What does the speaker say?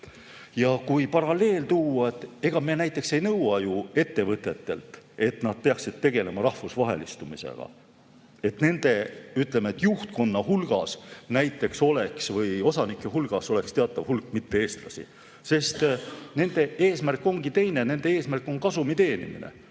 Ja kui paralleel tuua, siis ega me näiteks ei nõua ju ettevõtetelt, et nad peaksid tegelema rahvusvahelistumisega, et nende, ütleme, juhtkonna hulgas või osanike hulgas oleks teatav hulk mitte-eestlasi. Nende eesmärk ongi teine: nende eesmärk on kasumi teenimine,